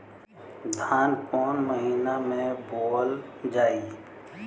धान कवन महिना में बोवल जाई?